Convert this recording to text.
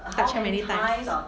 touch how many times